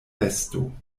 vesto